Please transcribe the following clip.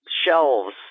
shelves